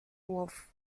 wolf